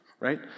right